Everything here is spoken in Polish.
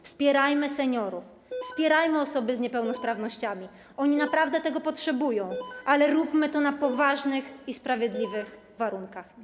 Wspierajmy seniorów, wspierajmy osoby z niepełnosprawnościami, bo naprawdę tego potrzebują, ale róbmy to na poważnych i sprawiedliwych warunkach i zasadach.